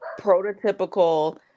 prototypical